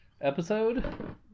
episode